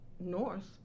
north